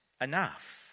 enough